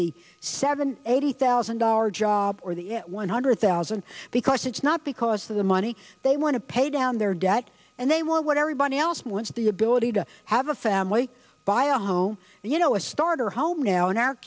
the seven eighty thousand dollar job or the at one hundred thousand because it's not because the money they want to pay down their debt and they want what everybody else wants the ability to have a family buy a home and you know a starter home now in our